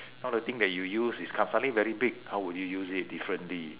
now the thing that you use is co~ suddenly very big how would you use it differently